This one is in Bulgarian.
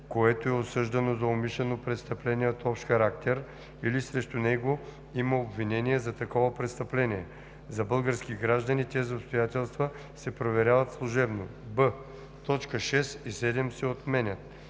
което е осъждано за умишлено престъпление от общ характер или срещу него има обвинение за такова престъпление; за български граждани тези обстоятелства се проверяват служебно;“; б) точки 6 и 7 се отменят;